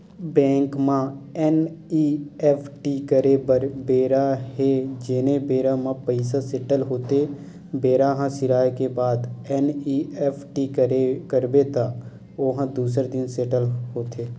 bank म NEFT करे बर बेरा हे जेने बेरा म पइसा सेटल होथे बेरा ह सिराए के बाद एन.ई.एफ.टी करबे त ओ ह दूसर दिन सेटल होथे